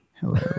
Hello